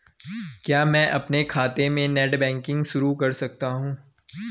क्या मैं अपने खाते में नेट बैंकिंग शुरू कर सकता हूँ?